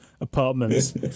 apartments